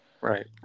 Right